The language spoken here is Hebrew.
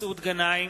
מסעוד גנאים,